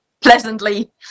pleasantly